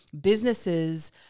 businesses